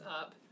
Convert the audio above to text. up